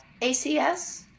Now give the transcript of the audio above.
ACS